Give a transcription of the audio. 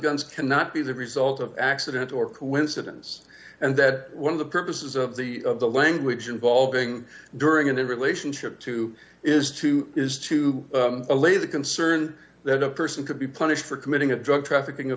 guns cannot be the result of accident or coincidence and that one of the purposes of the language involving during and in relationship to is to is to allay the concern that a person could be punished for committing a drug trafficking